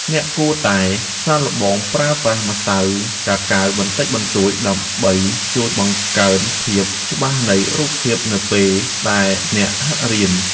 អ្នកគួរតែសាកល្បងប្រើប្រាស់ម្សៅកាកាវបន្តិចបន្តួចដើម្បីជួយបង្កើនភាពច្បាស់នៃរូបភាពនៅពេលដែលអ្នកហាត់រៀន។